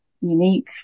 unique